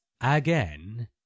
again